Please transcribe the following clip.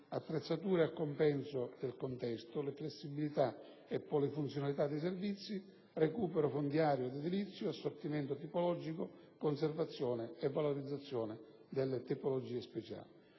attrezzature a compenso del contesto, flessibilità e polifunzionalità dei servizi, recupero fondiario ed edilizio, assortimento tipologico, conservazione e valorizzazione delle tipologie speciali.